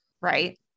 Right